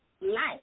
life